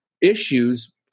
issues